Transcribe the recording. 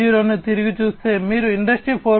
0 ను తిరిగి చూస్తే మీరు ఇండస్ట్రీ 4